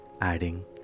adding